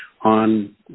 on